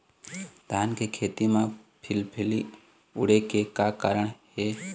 धान के खेती म फिलफिली उड़े के का कारण हे?